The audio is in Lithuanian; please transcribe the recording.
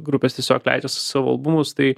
grupės tiesiog leidžiasi savo albumus tai